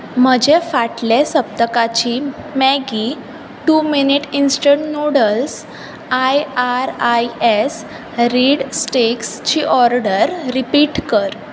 म्हजे फाटले सप्तकाची Maggi two minute instant noodles I R I S reed स्टिक्सची ऑर्डर रिपीट कर